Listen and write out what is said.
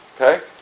Okay